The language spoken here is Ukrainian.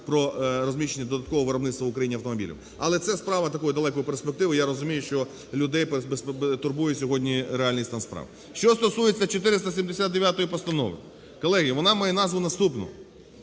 про розміщення додаткового виробництва в Україні автомобілів, але це справа такої далекої перспективи. Я розумію, що людей турбує сьогодні реальний стан справ. Що стосується 479 Постанови. Колеги, вона має назву наступну: